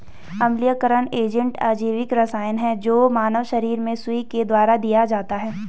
अम्लीयकरण एजेंट अजैविक रसायन है जो मानव शरीर में सुई के द्वारा दिया जाता है